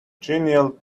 genial